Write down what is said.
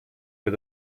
bei